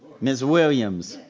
ms. williams,